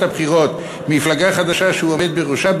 הבחירות מפלגה חדשה שהוא עומד בראשה,